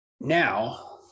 now